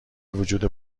وجود